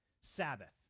Sabbath